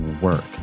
work